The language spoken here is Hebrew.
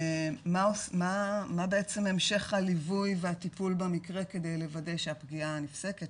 מה בעצם ההמשך של הליווי והטיפול במקרה כדי לוודא שהפגיעה נפסקת,